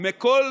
מכל